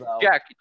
Jack